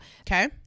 Okay